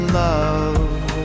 love